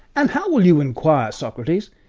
and how will you inquire, socrates,